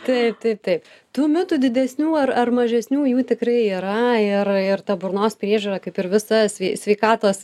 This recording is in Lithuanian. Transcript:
tai tai taip tų mitų didesnių ar ar mažesnių jų tikrai yra ir ir ta burnos priežiūra kaip ir visas sveikatos